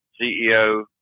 CEO